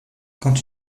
quand